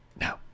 now